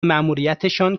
ماموریتشان